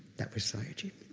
that was sayagyi.